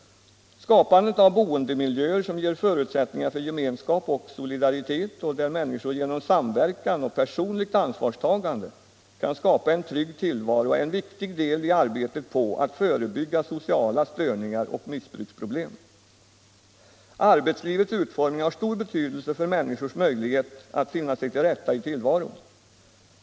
Skapandet av boendemiljöer som ger förutsättningar för gemenskap och solidaritet och där människor genom samverkan och personligt ansvarstagande kan skapa en trygg tillvaro är en viktig del i arbetet på att förebygga sociala störningar och missbruksproblem. Arbetslivets utformning har stor betydelse för människors möjlighet att finna sig till rätta i tillvaron.